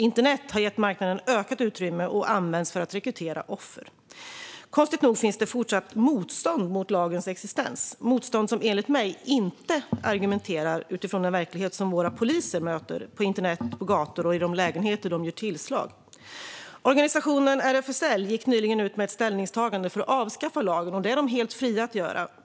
Internet har gett marknaden ökat utrymme och används för att rekrytera offer. Konstigt nog finns fortfarande ett motstånd mot lagens existens. Det är motstånd som enligt mig inte argumenterar utifrån den verklighet som våra poliser möter på internet, på gator och i de lägenheter de gör tillslag. Organisationen RFSL gick nyligen ut med ett ställningstagande för att avskaffa lagen. Det är den helt fri att göra.